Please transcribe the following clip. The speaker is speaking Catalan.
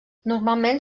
normalment